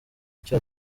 icyo